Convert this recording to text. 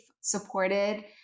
supported